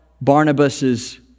Barnabas's